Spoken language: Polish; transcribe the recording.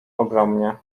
ogromnie